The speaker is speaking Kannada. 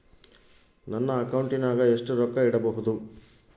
ನನ್ನ ಅಕೌಂಟಿನಾಗ ಎಷ್ಟು ರೊಕ್ಕ ಇಡಬಹುದು?